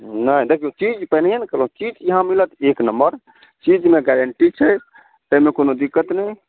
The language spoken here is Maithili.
नहि देखियौ चीज पहिनहिए ने कहलहुँ चीज इहाँ मिलत एक नम्मर चीजमे गैरेन्टी छै एहिमे कोनो दिक्कत नहि